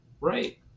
right